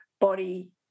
body